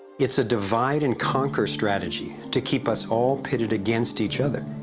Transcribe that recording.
it's a divide-and-conquer strategy to keep us all pitted against each other,